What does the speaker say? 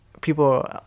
people